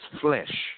flesh